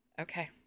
okay